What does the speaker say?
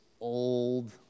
old